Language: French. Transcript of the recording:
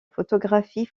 photographie